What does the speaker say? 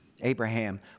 Abraham